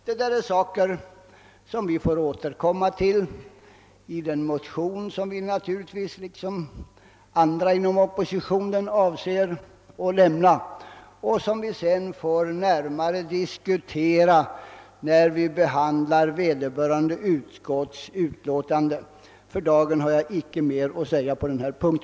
Dessa frågor få vi återkomma till i den motion som vi naturligtvis liksom andra inom oppositionen avser att väcka och diskutera närmare när vi behandlar vederbörande utskottsutlåtande. För närvarande har jag inte mer att säga på denna punkt.